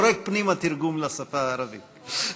זורק פנימה תרגום לשפה הערבית.